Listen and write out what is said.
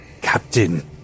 Captain